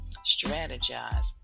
strategize